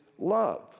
love